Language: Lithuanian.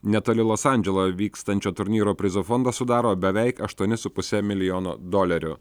netoli los andželo vykstančio turnyro prizų fondą sudaro beveik aštuoni su puse milijono dolerių